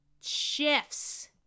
shifts